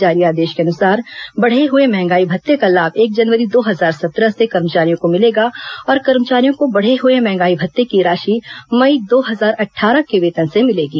जारी आदेश के अनुसार बढ़े हुए महंगाई भत्ते का लाभ एक जनवरी दो हजार सत्रह से कर्मचारियों को मिलेगा और कर्मचारियों को बढे हए महंगाई भत्ते की राशि मई दो हजार अट्ठारह के वेतन से मिलेगी